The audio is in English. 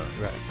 Right